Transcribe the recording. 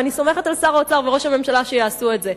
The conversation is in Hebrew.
ואני סומכת על שר האוצר וראש הממשלה שיעשו את זה,